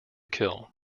kill